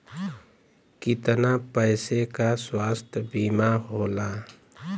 कितना पैसे का स्वास्थ्य बीमा होला?